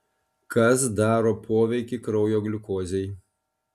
kas daro poveikį kraujo gliukozei